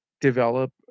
develop